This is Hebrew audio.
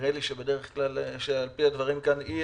נראה לי שעל פי הדברים כאן היא